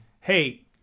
Hey